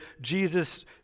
Jesus